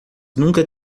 nunca